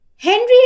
Henry